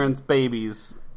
babies